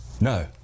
No